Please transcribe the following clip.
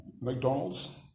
McDonald's